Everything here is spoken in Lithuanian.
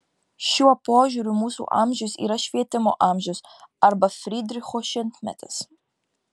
šiuo požiūriu mūsų amžius yra švietimo amžius arba frydricho šimtmetis